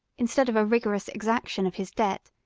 instead of a rigorous exaction of his debt,